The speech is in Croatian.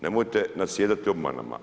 Nemojte nasjedati obmanama.